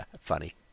Funny